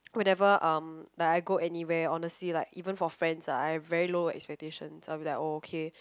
whenever um like I go anywhere honestly like even for friends I have very low expectations I'll be like oh okay